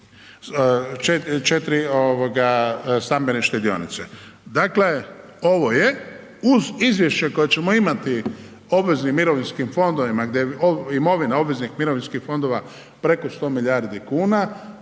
i 4 stambene štedionice. Dakle ovo je uz izvješće koje ćemo imati obveznim mirovinskim fondovima gdje je imovina obveznih mirovina preko 100 milijardi kuna,